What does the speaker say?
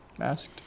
asked